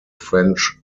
french